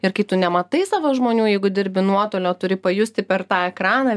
ir kai tu nematai savo žmonių jeigu dirbi nuotoliu o turi pajusti per tą ekraną